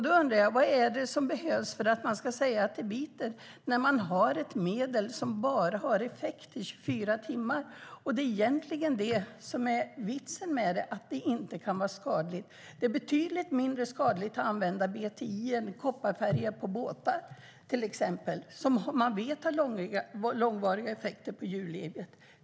Då undrar jag: Vad är det som behövs för att man ska säga att det biter? Man har ju ett medel som har effekt bara i 24 timmar, och det är egentligen vitsen med det - att det inte kan vara skadligt. Det är betydligt mindre skadligt att använda BTI än exempelvis att använda kopparfärger på båtar, som man vet har långvariga effekter på djurlivet.